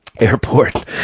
airport